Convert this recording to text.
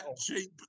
cheap